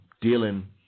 dealing